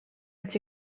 its